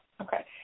Okay